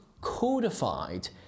codified